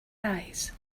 eyes